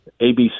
ABC